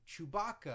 Chewbacca